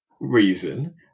reason